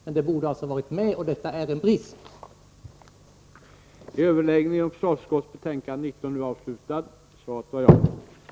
Siffrorna borde ha varit med i betänkandet — det är en brist att de inte finns där.